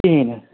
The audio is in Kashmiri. کِہیٖنۍ نہٕ